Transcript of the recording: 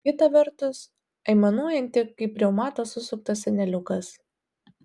kita vertus aimanuojanti kaip reumato susuktas seneliukas